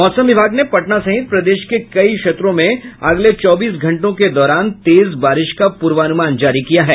मौसम विभाग ने पटना सहित प्रदेश के कई क्षेत्रों में अगले चौबीस घंटों के दौरान तेज बारिश का पूर्वानुमान जारी किया है